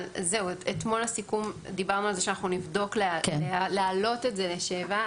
אתמול דיברנו על כך שנבדוק להעלות את התקופה ל-7.